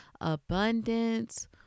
abundance